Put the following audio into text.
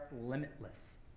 limitless